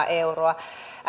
euroa